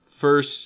first